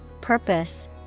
purpose